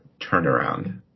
turnaround